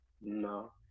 No